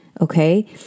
okay